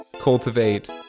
cultivate